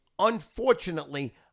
unfortunately